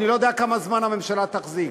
אני לא יודע כמה זמן הממשלה תחזיק,